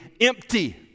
empty